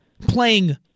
playing